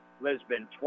Lisbon